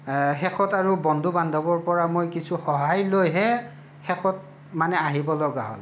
শেষত আৰু বন্ধু বান্ধৱৰ পৰা মই কিছু সহায় লৈহে শেষত মানে আহিবলগীয়া হ'ল